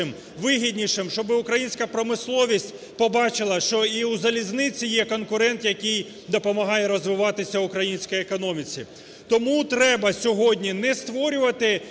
вигіднішим, щоби українська промисловість побачила, що і у залізниці є конкурент, який допомагає розвиватися українській економіці. Тому треба сьогодні не створювати